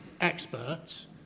experts